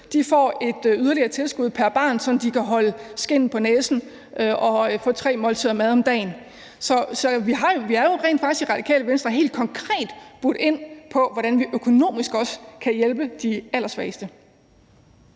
– får et yderligere tilskud pr. barn, sådan at de kan holde skindet på næsen og få tre måltider mad om dagen. Så vi har jo rent faktisk i Radikale Venstre helt konkret budt ind med, hvordan vi økonomisk også kan hjælpe de allersvageste.